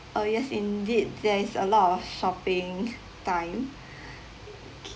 oh yes indeed there is a lot of shopping time okay